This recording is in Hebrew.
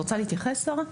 רוצה להתייחס זוהרה?